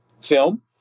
film